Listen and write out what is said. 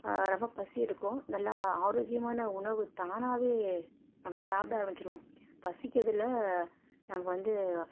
ரொம்ப பசி எடுக்கும் நல்லா ஆரோக்கியமான உணவு தானாகவே நம்ம சாப்பிட ஆரமிச்சிடுவோம் பசிக்குதுல நமக்கு வந்து